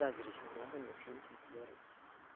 गाज्रि संना होनोसै बिदि आरो